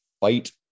fight